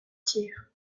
tir